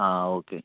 ആ ഓക്കെ